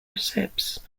accepts